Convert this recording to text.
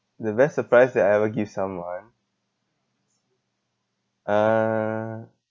the best surprise that I ever give someone uh